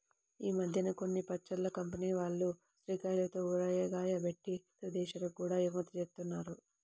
ఈ మద్దెన కొన్ని పచ్చళ్ళ కంపెనీల వాళ్ళు ఉసిరికాయలతో ఊరగాయ బెట్టి ఇతర దేశాలకి గూడా ఎగుమతి జేత్తన్నారు